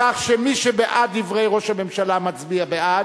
כך שמי שבעד דברי ראש הממשלה מצביע בעד,